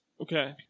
Okay